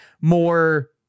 more